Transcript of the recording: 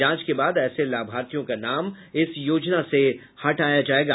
जांच के बाद ऐसे लाभार्थियों का नाम इस योजना से हटाया जायेगा